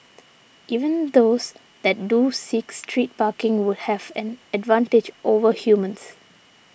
even those that do seek street parking would have an advantage over humans